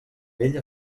vell